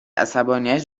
عصبانیت